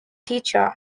teacher